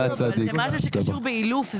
אבל זה משהו שקשור באילוף.